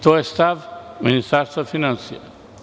To je stav Ministarstva finansija.